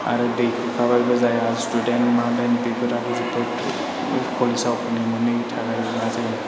आरो दै थाबायबो जाया स्टुडेन्त मा डेन बिसोराबो जोबोद फरायसाफोरनि मोनैनि थाखाय जायो